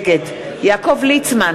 נגד יעקב ליצמן,